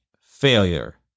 failure